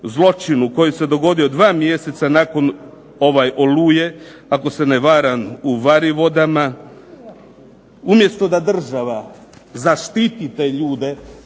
zločinu koji se dogodio 2 mjeseca nakon "Oluje" ako se na varam u Varivodama umjesto da država zaštiti te ljude